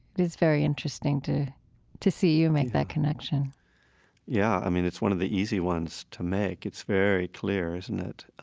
it is very interesting to to see you make that connection yeah, mean it's one of the easy ones to make. it's very clear isn't it,